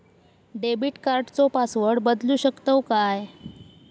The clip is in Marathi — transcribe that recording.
डेबिट कार्डचो पासवर्ड बदलु शकतव काय?